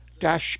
dash